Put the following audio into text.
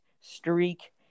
streak